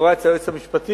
שמקורה אצל היועץ המשפטי,